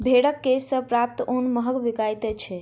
भेंड़क केश सॅ प्राप्त ऊन महग बिकाइत छै